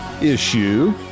issue